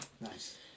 Nice